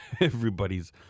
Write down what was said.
everybody's